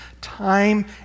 Time